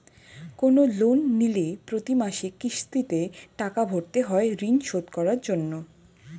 কোন লোন নিলে প্রতি মাসে কিস্তিতে টাকা ভরতে হয় ঋণ শোধ করার জন্য